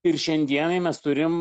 ir šiandienai mes turim